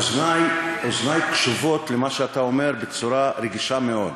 אוזני קשובות למה שאתה אומר בצורה רגישה מאוד,